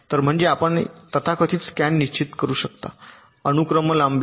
तर म्हणजे आपण तथाकथित स्कॅन निश्चित करू शकता अनुक्रम लांबी